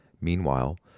Meanwhile